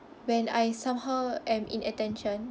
when I somehow am in attention